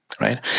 right